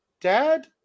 Dad